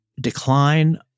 decline